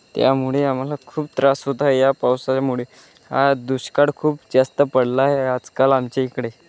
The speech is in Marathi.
त्यामुळे आम्हाला खूप त्रास होत आहे या पावसाळ्यामुळे हा दुष्काळ खूप जास्त पडला आहे आजकाल आमच्या इकडे